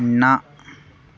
न